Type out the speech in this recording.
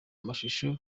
amashuri